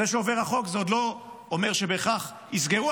זה שעובר חוק, זה עוד לא אומר שבהכרח יסגרו.